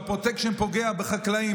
הפרוטקשן פוגע בחקלאים,